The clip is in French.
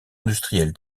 industriel